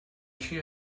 she